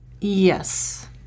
Yes